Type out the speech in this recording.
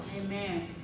Amen